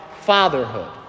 fatherhood